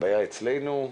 הבעיה אצלנו?